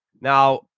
Now